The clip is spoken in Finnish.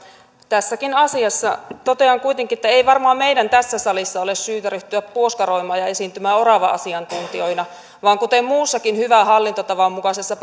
tässäkin asiassa totean kuitenkin että ei varmaan meidän tässä salissa ole syytä ryhtyä puoskaroimaan ja esiintymään orava asiantuntijoina vaan kuten muussakin hyvän hallintotavan mukaisessa